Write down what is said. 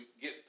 get